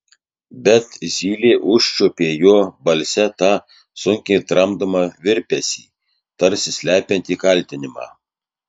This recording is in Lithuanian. bet zylė užčiuopė jo balse tą sunkiai tramdomą virpesį tarsi slepiantį kaltinimą